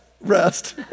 Rest